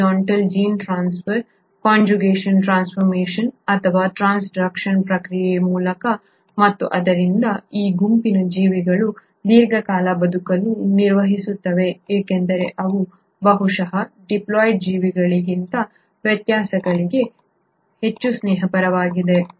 horizontal gene transfer conjugation transformation ಅಥವಾ transduction ಪ್ರಕ್ರಿಯೆಯ ಮೂಲಕ ಮತ್ತು ಆದ್ದರಿಂದ ಈ ಗುಂಪಿನ ಜೀವಿಗಳು ದೀರ್ಘಕಾಲ ಬದುಕಲು ನಿರ್ವಹಿಸುತ್ತಿವೆ ಏಕೆಂದರೆ ಅವು ಬಹುಶಃ ಡಿಪ್ಲಾಯ್ಡ್ ಜೀವಿಗಳಿಗಿಂತ ವ್ಯತ್ಯಾಸಗಳಿಗೆ ಹೆಚ್ಚು ಸ್ನೇಹಪರವಾಗಿವೆ